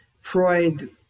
Freud